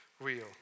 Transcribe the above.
real